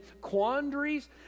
quandaries